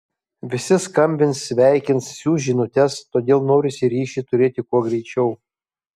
visi skambins sveikins siųs žinutes todėl norisi ryšį turėti kuo greičiau